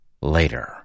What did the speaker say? Later